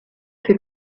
fait